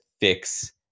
fix